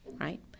right